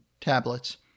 tablets